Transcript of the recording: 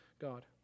God